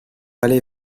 aller